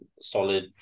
solid